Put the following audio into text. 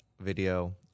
video